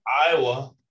Iowa